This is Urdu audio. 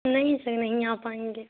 نہیں سر نہیں آ پائیں گے